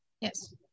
Yes